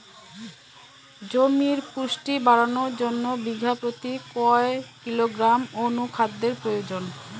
জমির পুষ্টি বাড়ানোর জন্য বিঘা প্রতি কয় কিলোগ্রাম অণু খাদ্যের প্রয়োজন?